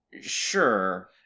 Sure